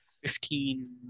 Fifteen